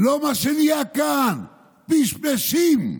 לא מה שנהיה כאן, פשפשים.